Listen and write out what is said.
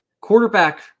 quarterback